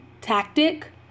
tactic